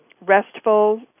restful